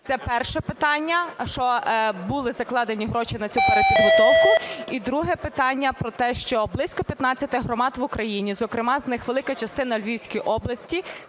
Це перше питання, щоб були закладені гроші на цю перепідготовку. І друге питання про те, що близько 15 громад в Україні, зокрема з них велика частина у Львівській області,